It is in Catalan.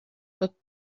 tot